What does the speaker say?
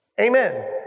Amen